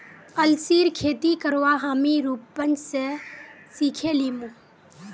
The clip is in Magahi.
अलसीर खेती करवा हामी रूपन स सिखे लीमु